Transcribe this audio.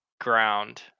ground